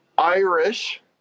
Irish